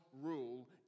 rule